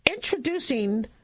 Introducing